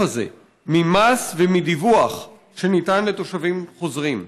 הזה ממס ומדיווח שניתן לתושבים חוזרים.